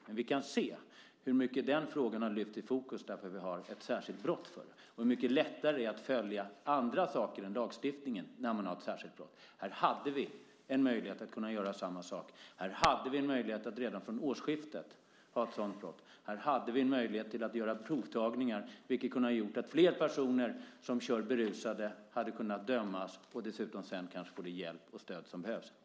Men vi kan se hur mycket den frågan har hamnat i fokus när vi nu har en särskild brottsrubricering för det, och hur mycket lättare det är att följa andra saker än lagstiftningen när man har ett särskilt brott. Här hade vi en möjlighet att göra samma sak när det gäller rattfylleri. Vi hade en möjlighet att redan från årsskiftet ha ett sådant brott och en möjlighet att göra provtagningar. Det kunde ha gjort att fler personer som kör berusade hade kunnat dömas och dessutom sedan kanske kunnat få den hjälp och det stöd som behövs.